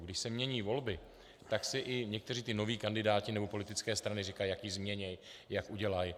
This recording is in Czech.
Když se mění volby, tak si někteří noví kandidáti nebo politické strany říkají, jak ji změní, jak udělají.